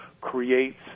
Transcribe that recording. creates